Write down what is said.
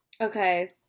Okay